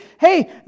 hey